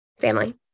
family